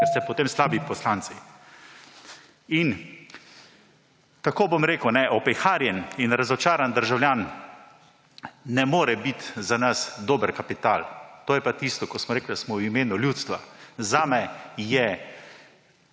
ker ste potem slabi poslanci! Tako bom rekel; opeharjen in razočaran državljan ne more biti za nas dober kapital. To je pa tisto, ko smo rekli, da smo v imenu ljudstva. Za mene